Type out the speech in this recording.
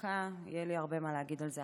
יהיה לי הרבה מה להגיד על זה אחר כך.